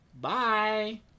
Bye